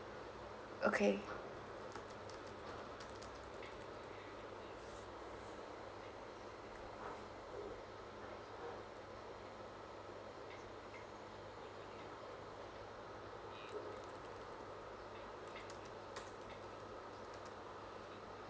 okay